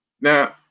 Now